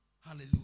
Hallelujah